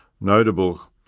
notable